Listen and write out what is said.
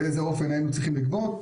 באיזה אופן היינו צריכים לגבות,